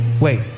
wait